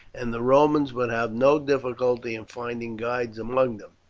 and the romans will have no difficulty in finding guides among them.